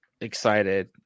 excited